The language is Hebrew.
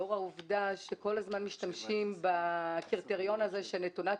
לאור העובדה שכל הזמן משתמשים בקריטריון הזה של רשות נטולת